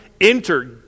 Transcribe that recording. enter